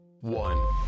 one